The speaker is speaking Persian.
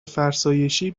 فرسایشی